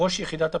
ראש יחידת הפיקוח.